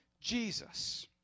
Jesus